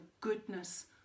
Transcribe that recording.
goodness